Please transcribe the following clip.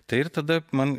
tai ir tada man